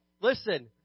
listen